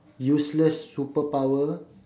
useless superpower